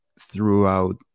throughout